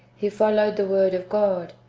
he followed the word of god,